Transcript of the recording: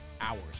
hours